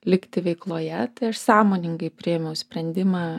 likti veikloje tai aš sąmoningai priėmiau sprendimą